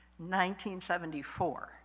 1974